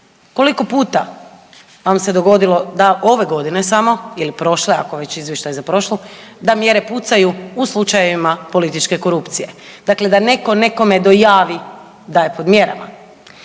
koliko puta vam se dogodilo da ove godine samo ili prošle ako je već izvještaj za prošlu, da mjere pucaju u slučajevima političke korupcije, dakle da netko nekome dojavi da je pod mjerama.